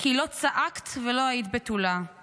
כי לא צעקת ולא היית בתולה /